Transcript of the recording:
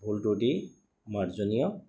ভুল ত্ৰুটি মাৰ্জনীয়